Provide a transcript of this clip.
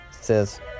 Says